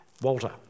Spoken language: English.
Walter